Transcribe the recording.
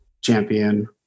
champion